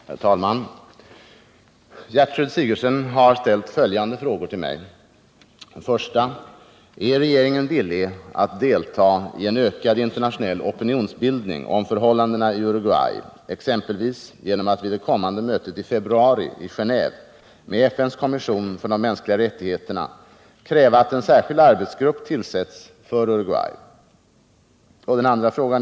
Herr talman! Gertrud Sigurdsen har ställt följande frågor till mig: 1. Är regeringen villig att delta i en ökad internationell opinionsbildning om förhållandena i Uruguay, exempelvis genom att vid det kommande mötet i februari i Genéve med FN:s kommission för de mänskliga rättigheterna kräva att en särskild arbetsgrupp tillsätts för Uruguay? 2.